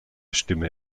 stimme